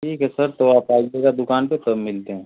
ठीक है सर तो आप आइएगा दुकान पर तब मिलते हैं